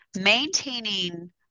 maintaining